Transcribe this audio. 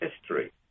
history